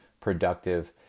productive